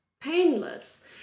painless